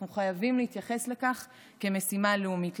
אנחנו חייבים להתייחס לכך כאל משימה לאומית.